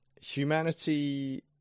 humanity